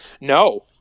No